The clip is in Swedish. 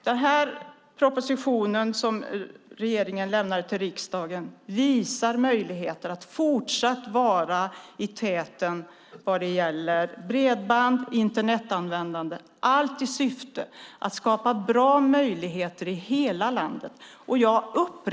Denna proposition som regeringen har lämnat till riksdagen visar på möjligheter för oss att fortsatt vara i täten vad gäller bredband och Internetanvändande, allt i syfte att skapa bra möjligheter i hela landet.